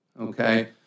okay